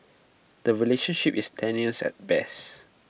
the relationship is tenuous at best